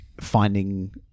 finding